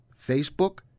Facebook